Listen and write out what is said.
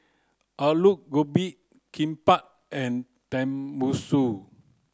Alu Gobi Kimbap and Tenmusu